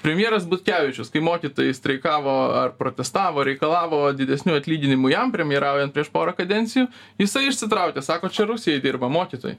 premjeras butkevičius kai mokytojai streikavo ar protestavo reikalavo didesnių atlyginimų jam premjeraujant prieš porą kadencijų jisai išsitraukė sako čia rusijai dirba mokytojai